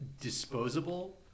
disposable